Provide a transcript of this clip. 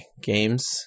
Games